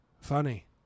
Funny